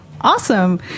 awesome